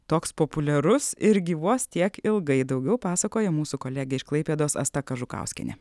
toks populiarus ir gyvuos tiek ilgai daugiau pasakoja mūsų kolegė iš klaipėdos asta kažukauskienė